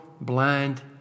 blind